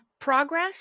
progress